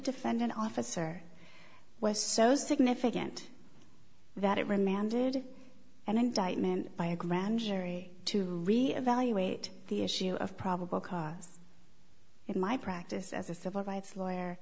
defendant officer was so significant that it remanded an indictment by a grand jury to really evaluate the issue of probable cause in my practice as a civil rights lawyer